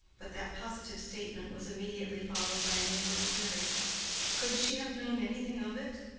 but that positive statement was immediately followed by an inward query could she have known anything of it?